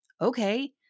Okay